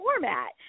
format